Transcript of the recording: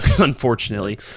unfortunately